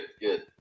good